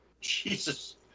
Jesus